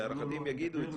להערכתי הם יגידו את זה.